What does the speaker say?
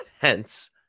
hence